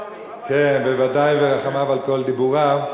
ודאי ורחמיו על כל דיבוריו.